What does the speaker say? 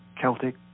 Celtic